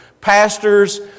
pastors